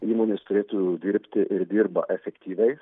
įmonės turėtų dirbti ir dirba efektyviai